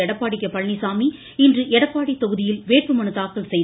Edappadi K Palaniswami இன்று எடப்பாடி தொகுதியில் வேட்புமனு தாக்கல் செய்தார்